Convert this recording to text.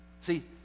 See